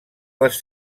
les